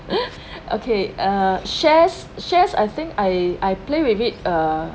okay uh shares shares I think I I play with it err